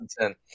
ten